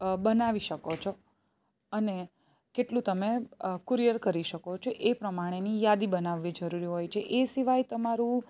બનાવી શકો છો અને કેટલું તમે કુરિયર કરી શકો છો એ પ્રમાણેની યાદી બનાવવી જરૂરી હોય છે એ સિવાય તમારું